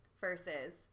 Versus